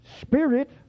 spirit